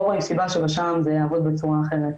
רואים סיבה שבשע"ם זה יעבוד בצורה אחרת.